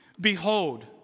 Behold